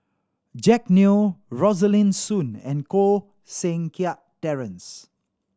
Jack Neo Rosaline Soon and Koh Seng Kiat Terence